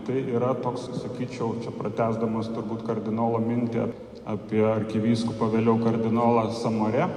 tai yra toks sakyčiau čia pratęsdamas turbūt kardinolo mintį apie arkivyskupą vėliau kardinolas amarė